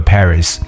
Paris